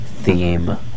Theme